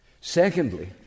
Secondly